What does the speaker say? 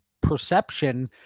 perception